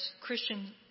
Christian